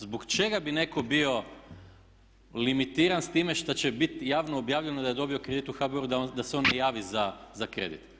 Zbog čega bi netko bio limitiran sa time što će biti javno objavljeno da je dobio kredit u HBOR-u da se on ne javi za kredit?